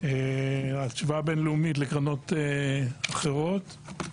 השוואה בינלאומית לקרנות אחרות,